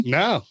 no